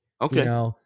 Okay